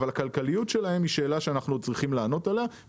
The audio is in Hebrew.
אבל הכלכליות שלהן היא שאלה שאנחנו עוד צריכים לענות עליה.